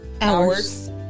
hours